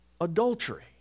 adultery